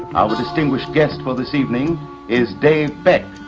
our distinguished guest for this evening is dave beck,